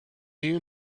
you